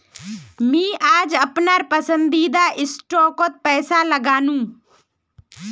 मी आज अपनार पसंदीदा स्टॉकत पैसा लगानु